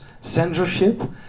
censorship